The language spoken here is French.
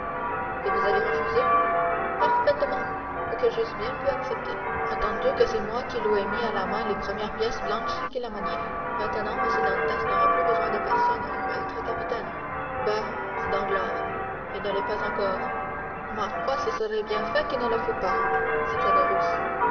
et vous avez refusé parfaitement quoique j'eusse bien pu accepter attendu que c'est moi qui lui ai mis à la main les premières pièces blanches qu'il a maniées mais maintenant m dantès n'aura plus besoin de personne il va être capitaine bah dit danglars il ne l'est pas encore ma foi ce serait bien fait qu'il ne le fût pas dit